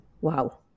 Wow